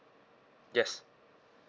yes